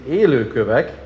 élőkövek